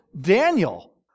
Daniel